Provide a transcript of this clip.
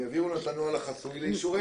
הם יביאו את הנוהל החסוי לאישורנו.